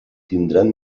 tindran